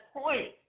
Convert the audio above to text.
point